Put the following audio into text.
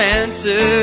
answer